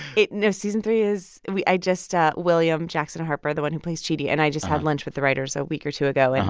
it no, season three is i just ah william jackson harper, the one who plays chidi, and i just had lunch with the writers a week or two ago, and